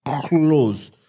close